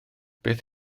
beth